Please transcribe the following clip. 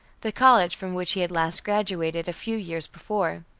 the college from which he had last graduated, a few years before.